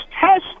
test